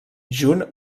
junt